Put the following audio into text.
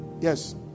Yes